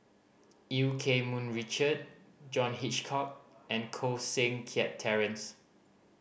Eu Keng Mun Richard John Hitchcock and Koh Seng Kiat Terence